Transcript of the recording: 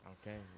Okay